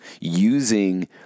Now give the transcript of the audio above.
using